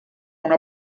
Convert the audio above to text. una